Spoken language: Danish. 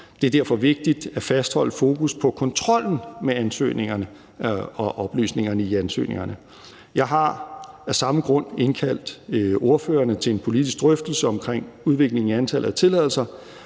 Det er derfor vigtigt at fastholde fokus på kontrollen med ansøgningerne og oplysningerne i ansøgningerne. Jeg har af samme grund indkaldt ordførerne til en politisk drøftelse om udviklingen i antallet af tilladelser,